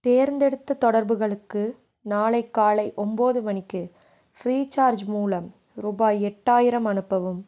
தேர்ந்தெடுத்த தொடர்புகளுக்கு நாளை காலை ஒன்போது மணிக்கு ஃப்ரீசார்ஜ் மூலம் ரூபாய் எட்டாயிரம் அனுப்பவும்